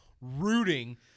rooting